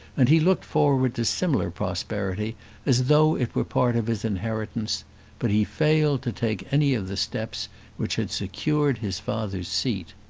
and he looked forward to similar prosperity as though it were part of his inheritance but he failed to take any of the steps which had secured his father's seat.